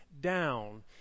down